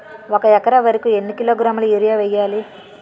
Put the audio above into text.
ఒక ఎకర వరి కు ఎన్ని కిలోగ్రాముల యూరియా వెయ్యాలి?